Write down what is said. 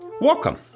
Welcome